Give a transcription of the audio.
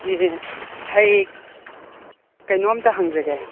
ꯑꯦ ꯑꯩ ꯀꯩꯅꯣꯝꯇ ꯍꯪꯖꯒꯦ